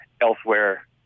elsewhere